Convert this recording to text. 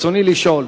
רצוני לשאול: